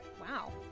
Wow